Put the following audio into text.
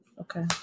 Okay